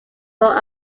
were